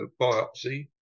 biopsy